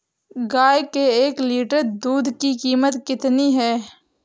गाय के एक लीटर दूध की कीमत कितनी है?